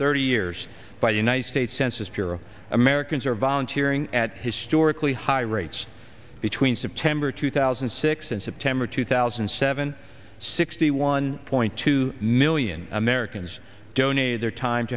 thirty years by the united states census bureau americans are volunteer ing at historically high rates between september two thousand and six and september two thousand and seven sixty one point two million americans donated their time